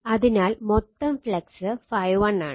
അതിനാൽ മൊത്തം ഫ്ലക്സ് ∅1 ആണ്